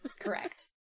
correct